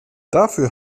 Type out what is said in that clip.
dafür